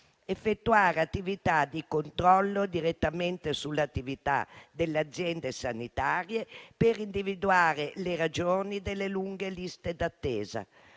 effettuare attività di controllo direttamente sulle attività delle aziende sanitarie per individuare le ragioni delle lunghe liste d'attesa.